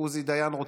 עוזי דיין,